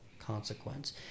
consequence